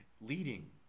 Leading